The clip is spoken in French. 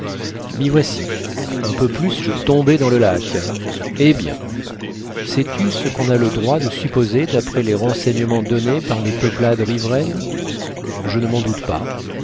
m'y voici un peu plus je tombais dans le lac eh bien sais-tu ce qu'on a le droit de supposer d'après les renseignements donnés par les peuplades riveraines je ne m'en doute pas